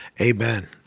amen